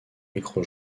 micro